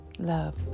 Love